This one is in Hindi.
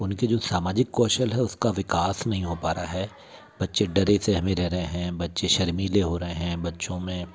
उनके जो सामाजिक कौशल है उसका विकास नहीं हो पा रहा है बच्चे डरे सहमे रह रहे हैं बच्चे शर्मीले हो रहें हैं बच्चों में